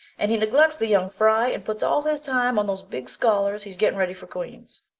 and he neglects the young fry and puts all his time on those big scholars he's getting ready for queen's.